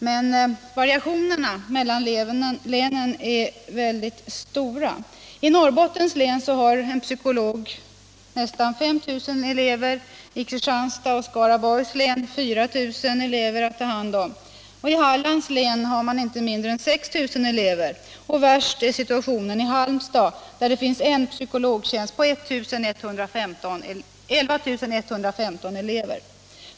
Men variationerna mellan länen är mycket stora. I Norrbottens län har psykologen nästan 5 000 elever, i Kristianstads och Skaraborgs län 4 000 elever att ta hand om. I Hallands län har man inte mindre än 6 000 elever, och värst är situationen i Halmstad, där det finns en psykolog på 11115 elever.